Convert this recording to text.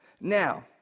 Now